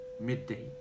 midday